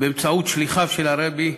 באמצעות שליחיו של הרבי.